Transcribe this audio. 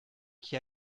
qui